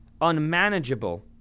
unmanageable